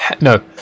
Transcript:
No